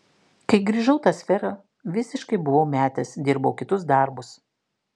kai grįžau tą sferą visiškai buvau metęs dirbau kitus darbus